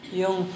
yung